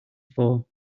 four